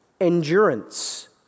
endurance